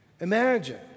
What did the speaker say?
Imagine